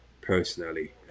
personally